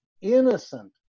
innocent